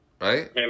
right